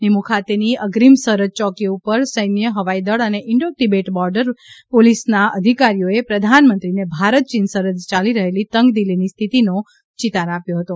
નિમુ ખાતેની અગ્રીમ સરહદ યોકીઓ ઉપર સૈન્ય હવાઈ દળ અને ઈન્ડો તિબેટ બોર્ડર પુલીસ ના અધિકારીઓ એ પ્રધાન મંત્રીને ભારત યીન સરહદે યાલી રહેલી તંગદિલી ની સ્થિતિનો ચિતાર આપ્યો હતો